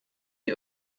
die